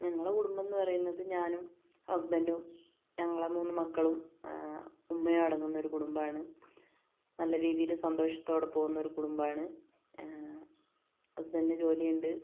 ഞങ്ങളുടെ കുടുംബമെന്ന് പറയുന്നത് ഞാനും ഹസ്ബൻഡും ഞങ്ങളുടെ മൂന്ന് മക്കളും ഉമ്മയും അടങ്ങുന്ന ഒരു കുടുംബമാണ് നല്ല രീതിയില് സന്തോഷത്തോടെ പോവുന്ന ഒരു കുടുംബാണ് ഹസ്ബൻഡിന് ജോലി ഉണ്ട്